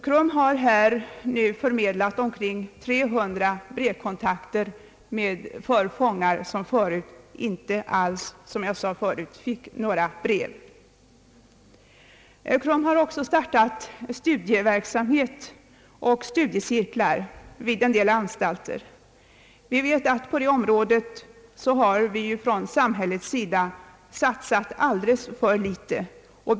KRUM har nu förmedlat omkring 300 brevkontakter för fångar, som förut inte alls fått några brev. KRUM har också startat studieverksamhet och studiecirklar vid en del anstalter. Vi vet att samhället har satsat alldeles för litet på detta område.